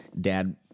dad